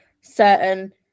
certain